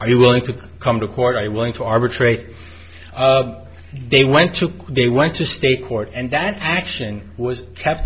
are you willing to come to court i willing to arbitrate they went to they went to state court and that action was kept